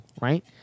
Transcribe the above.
right